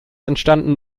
entstanden